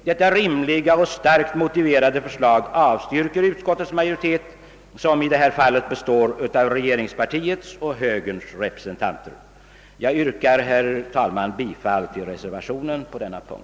Detta rimliga och starkt motiverade förslag har emellertid avstyrkts av utskottsmajoriteten, som i detta fall består av regeringspartiets och högerns representanter. Jag yrkar på denna punkt bifall till reservationen 1 a.